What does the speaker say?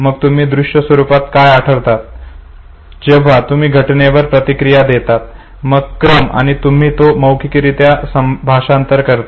मग तुम्ही दृश्य स्वरुपात काय आठवतात जेव्हा तुम्ही घटनेवर प्रतिक्रिया देतात तर क्रम आणि तुम्ही तो मौखिकरित्या भाषांतर करता